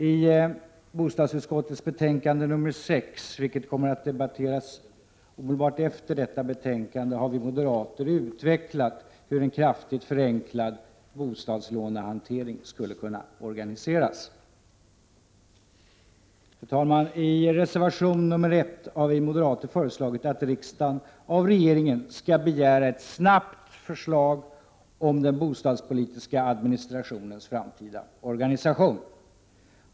I bostadsutskottets betänkande nr 6, vilket kommer att debatteras omedelbart efter detta betänkande, har vi moderater utvecklat hur en kraftigt förenklad bostadslånehantering skulle kunna organiseras. Fru talman! I reservation 1 har vi moderater föreslagit att riksdagen av regeringen skall begära ett snabbt förslag om den bostadspolitiska administrationens framtida organisation.